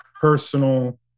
personal